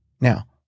Now